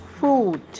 food